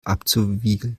abzuwiegeln